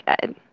good